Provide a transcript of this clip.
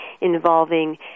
involving